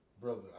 Brother